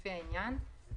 לפי העניין,